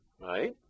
right